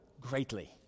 greatly